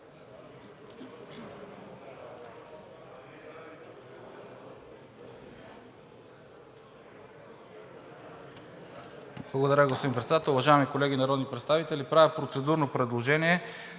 Благодаря, господин Председател. Уважаеми колеги народни представители, правя процедурно предложение